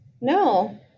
No